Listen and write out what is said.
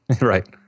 Right